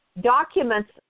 documents